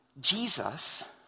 Jesus